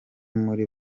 muri